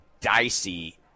dicey